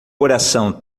coração